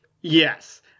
Yes